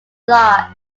large